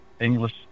english